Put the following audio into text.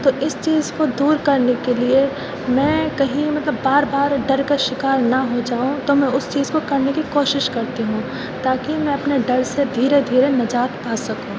تو اس چیز کو دور کرنے کے لیے میں کہیں مطلب بار بار ڈر کا شکار نہ ہو جاؤں تو میں اس چیز کو کرنے کی کوشش کرتی ہوں تاکہ میں اپنے ڈر سے دھیرے دھیرے نجات پا سکوں